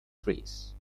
trees